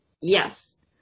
Yes